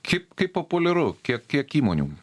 kaip kaip populiaru kiek kiek įmonių